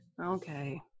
Okay